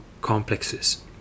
complexes